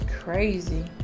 crazy